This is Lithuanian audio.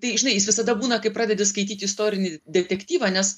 tai žinai jis visada būna kai pradedi skaityti istorinį detektyvą nes